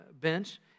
bench